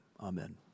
Amen